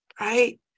right